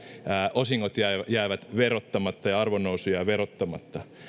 osingot jäävät verottamatta ja arvonnousu jää verottamatta